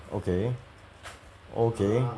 okay okay